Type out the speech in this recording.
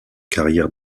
carrière